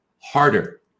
harder